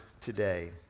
today